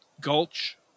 gulch